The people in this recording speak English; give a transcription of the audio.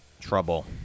trouble